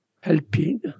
Helping